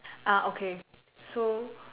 okay so